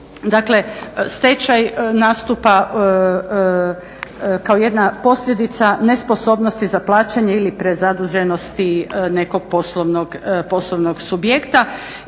stečaj nastupa kao jedna posljedica nesposobnosti za plaćanje ili prezaduženosti nekog poslovnog subjekta.